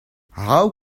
how